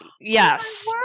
yes